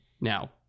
now